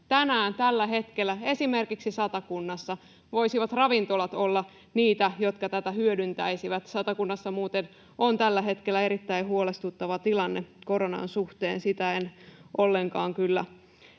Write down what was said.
Tänään, tällä hetkellä, esimerkiksi Satakunnassa voisivat ravintolat olla niitä, jotka tätä hyödyntäisivät. Satakunnassa muuten on tällä hetkellä erittäin huolestuttava tilanne koronan suhteen — sitä en ollenkaan voi kyllä